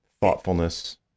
thoughtfulness